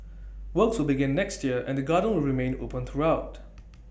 works will begin next year and the garden will remain open throughout